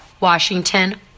Washington